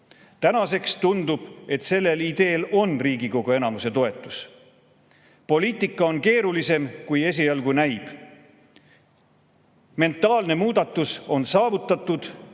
täna tundub, et sellel ideel on Riigikogu enamuse toetus olemas. Poliitika on keerulisem, kui esialgu näib. Mentaalne muudatus on saavutatud